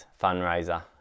fundraiser